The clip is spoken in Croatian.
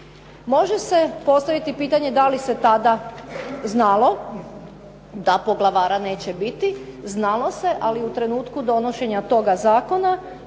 Može se postaviti pitanje da li se tada znalo da poglavara neće biti, znalo se, ali u trenutku donošenja toga zakona